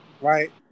right